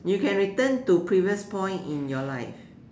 you can return to previous point in your life